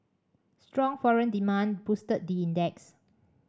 strong foreign demand boosted the index